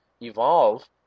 evolve